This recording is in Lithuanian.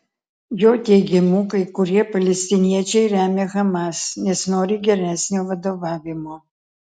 jo teigimu kai kurie palestiniečiai remia hamas nes nori geresnio vadovavimo